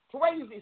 crazy